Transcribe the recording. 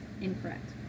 incorrect